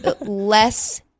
less